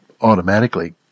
automatically